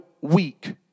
weak